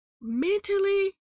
mentally